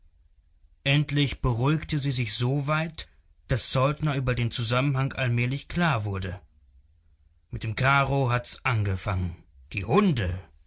endlich beruhigte sie sich soweit daß saltner über den zusammenhang allmählich klar wurde mit dem karo hat's angefangen die hunde